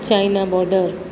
China border